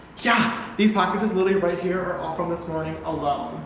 yeah these packages lily right here from this morning alone.